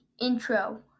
intro